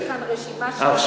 יש כאן רשימה, של,